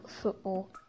football